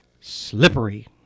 Slippery